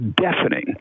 deafening